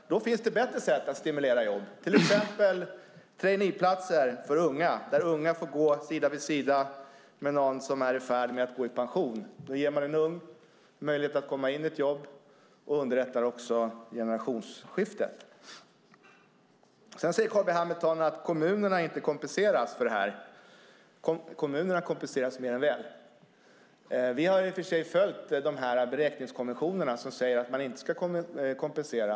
Då finns det bättre sätt att stimulera jobb, till exempel traineeplatser för unga, att unga får gå sida vid sida med någon som är i färd med att gå i pension. Då ger man en ung en möjlighet att komma in i ett jobb. Det underlättar också generationsskiftet. Carl B Hamilton säger att kommunerna inte kompenseras för det här. Kommunerna kompenseras mer än väl. Vi har i och för sig följt beräkningskommissionerna som säger att man inte ska kompensera.